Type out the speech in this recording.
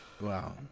Wow